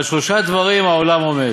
על שלושה דברים העולם עומד,